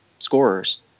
scorers